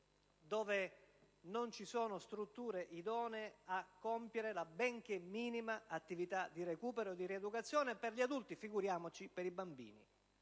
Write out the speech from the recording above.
dove non ci sono strutture idonee a compiere la benché minima attività di recupero e di rieducazione per gli adulti, figuriamoci per i bambini.